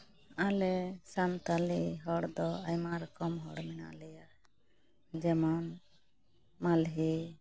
ᱟᱞᱮ ᱥᱟᱱᱛᱟᱞᱤ ᱦᱚᱲ ᱫᱚ ᱟᱭᱢᱟ ᱨᱚᱠᱚᱢ ᱦᱚᱲ ᱢᱮᱱᱟᱜ ᱞᱮᱭᱟ ᱡᱮᱢᱚᱱ ᱢᱟᱞᱦᱮ